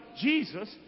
Jesus